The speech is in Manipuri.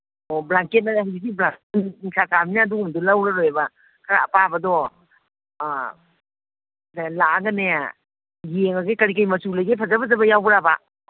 ꯑꯣ ꯕ꯭ꯂꯥꯡꯀꯦꯠ ꯍꯧꯖꯤꯛꯇꯤ ꯕ꯭ꯂꯥꯡꯀꯦꯠ ꯅꯨꯡꯁꯥ ꯁꯥꯔꯝꯅꯤꯅ ꯑꯗꯨꯒꯨꯝꯕꯗꯣ ꯂꯧꯔꯔꯣꯏꯕ ꯈꯔ ꯑꯄꯥꯕꯗꯣ ꯑꯥ ꯂꯥꯛꯑꯒꯅꯦ ꯌꯦꯡꯉꯒꯦ ꯀꯔꯤ ꯀꯔꯤ ꯃꯆꯨ ꯂꯩꯒꯦ ꯐꯖ ꯐꯖꯕ ꯌꯥꯎꯕ꯭ꯔꯥꯕ